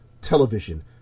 television